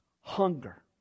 hunger